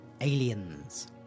Aliens